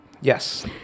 Yes